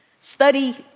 study